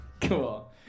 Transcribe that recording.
Cool